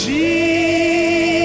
Jesus